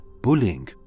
bullying